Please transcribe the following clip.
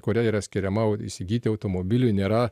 kuria yra skiriama įsigyti automobiliui nėra